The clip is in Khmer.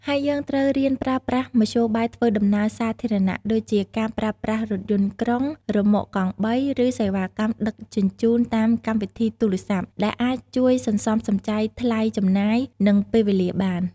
ហើយយើងត្រូវរៀនប្រើប្រាស់មធ្យោបាយធ្វើដំណើរសាធារណ ដូចជាការប្រើប្រាស់រថយន្តក្រុង រ៉ឺម៉កកង់បី ឬសេវាកម្មដឹកជញ្ជូនតាមកម្មវិធីទូរស័ព្ទ ដែលអាចជួយសន្សំសំចៃថ្លៃចំណាយ និងពេលវេលាបាន។